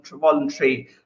voluntary